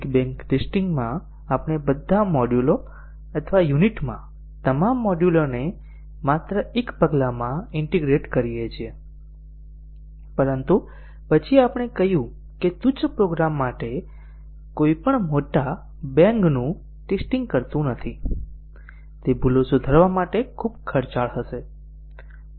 big bang testing માં આપણે બધા મોડ્યુલો અથવા યુનિટ માં તમામ મોડ્યુલોને માત્ર એક પગલામાં ઈન્ટીગ્રેટ કરીએ છીએ પરંતુ પછી આપણે કહ્યું કે તુચ્છ પ્રોગ્રામ માટે કોઈ પણ મોટા બેંગ નું ટેસ્ટીંગ કરતું નથી તે ભૂલો સુધારવા માટે ખૂબ ખર્ચાળ હશે